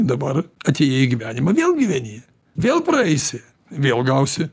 dabar atėjai į gyvenimą vėl gyveni vėl praeisi vėl gausi